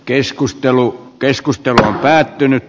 keskustelu keskustelu on päättynyt